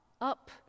up